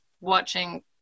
watching